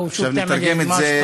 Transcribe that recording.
עכשיו, נתרגם את זה,